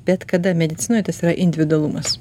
bet kada medicinoj tas yra individualumas